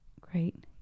great